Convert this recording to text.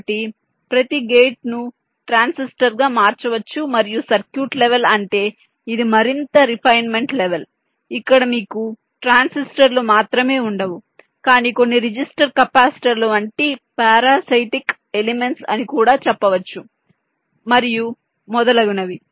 కాబట్టి ప్రతి గేటును ట్రాన్సిస్టర్గా మార్చవచ్చు మరియు సర్క్యూట్ లెవల్ అంటే ఇది మరింత రిఫైన్మెంట్ లెవల్ ఇక్కడ మీకు ట్రాన్సిస్టర్లు మాత్రమే ఉండవు కానీ కొన్ని రిజిస్టర్ కెపాసిటర్లు వంటి పారాసైటిక్ ఎలిమెంట్స్ అని కూడా చెప్పవచ్చు మరియు మొదలుగునవి